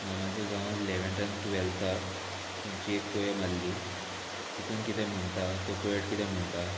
मामाचो गांव लेवेंता आनी टुवेल्थाक खुंयची एक पोयम आहली तितून कितें म्हुणटा तो पोयट कितें म्हुणटा